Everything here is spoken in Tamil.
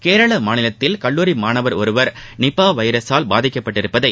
கேரள மாநிலத்தில் கல்லூரி மாணவர் ஒருவர் நிபா வைரசால் பாதிக்கப்பட்டிருப்பதை